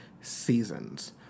seasons